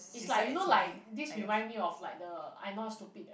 is like you know like this remind me of like the I not stupid that one